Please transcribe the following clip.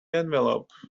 envelope